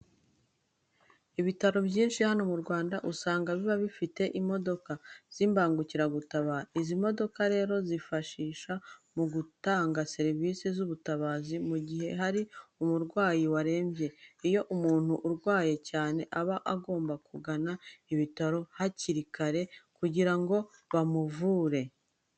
Ibitaro byinshi hano mu Rwanda usanga biba bifite imodoka z'imbangukiragutabara. Izi modoka rero zifashishwa mu gutanga serivise z'ubutabazi mu gihe hari umurwayi warembye. Iyo umuntu arwaye cyane aba agomba kugana ibitaro hakiri kare kugira ngo bamuvure.